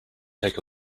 take